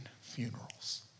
funerals